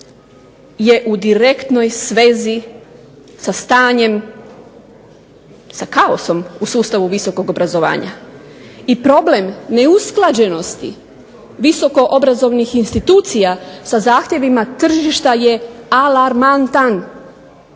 je u direktnoj svezi sa stanjem sa kaosom u sustavu visokog obrazovanja i problem neusklađenosti visoko obrazovnih institucija sa zahtjevima tržišta je alarmantan.